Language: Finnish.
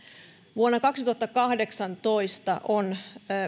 vuonna kaksituhattakahdeksantoista on